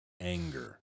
anger